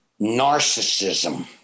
narcissism